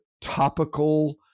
topical